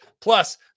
Plus